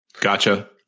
Gotcha